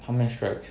how many strikes